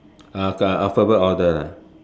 uh alphabet order